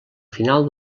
final